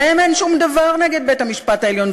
להם אין שום דבר נגד בית-המשפט העליון.